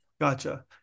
Gotcha